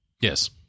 yes